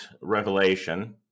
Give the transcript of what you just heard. Revelation